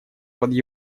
под